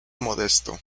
modesto